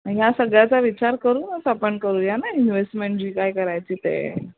हया सगळ्याचा विचार करूच आपण करू या ना इनवेस्टमेन्ट जी काय करायची ते